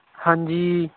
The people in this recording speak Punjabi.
ਹਾਂਜੀ